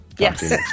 Yes